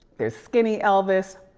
there's skinny elvis,